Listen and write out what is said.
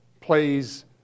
plays